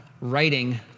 writing